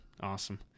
awesome